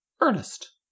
Ernest